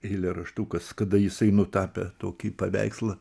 eilėraštukas kada jisai nutapė tokį paveikslą